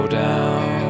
down